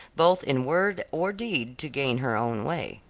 both in word or deed to gain her own way.